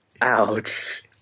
Ouch